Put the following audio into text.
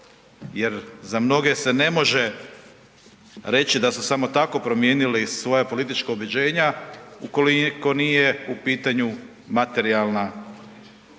jer za mnoge se ne može reći da su samo tako promijenili svoja politička ubjeđenja ako nije u pitanju materijalna korist